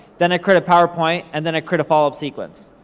then i create a powerpoint, and then i create a followup sequence.